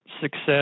success